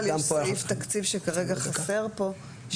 במיוחד שבמימוש פעילות כתוב שהקמת המרכז תמומן מכספי תרומות